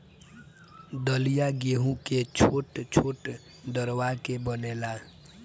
दलिया गेंहू के छोट छोट दरवा के बनेला